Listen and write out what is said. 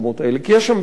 כי יש שם בסך הכול,